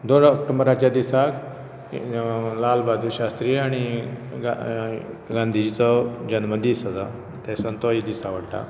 दोन ऑक्टोबराच्या दिसाक लाल बहादुर शास्त्री आनी गांधीजीचो जल्म दीस आसा त्या दिसा तोय दीस आवडटा